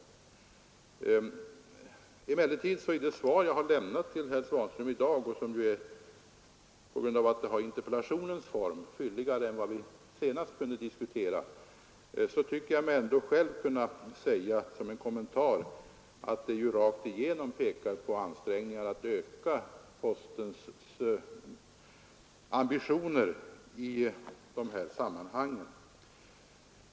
I fråga om det svar jag har lämnat till herr Svanström i dag och som, på grund av att frågan haft interpellationens form, är fylligare än vad vi senast kunde diskutera, tycker jag mig ändå själv kunna säga som en kommentar att det rakt igenom pekar på ansträngningar att öka postens ambitioner i dessa sammanhang.